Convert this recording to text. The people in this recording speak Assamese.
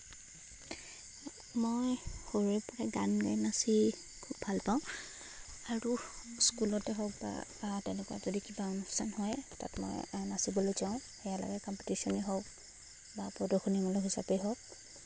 মই সৰুৰে পৰা গান গাই নাচি খুব ভাল পাওঁ আৰু স্কুলতে হওক বা তেনেকুৱা যদি কিবা অনুষ্ঠান হয় তাত মই নাচিবলৈ যাওঁ সেয়া লাগে কম্পিটিচনেই হওক বা প্ৰদৰ্শনীমূলক হিচাপেই হওক